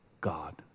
God